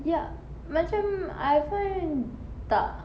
ya macam I find tak